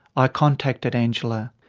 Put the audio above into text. i contacted angela.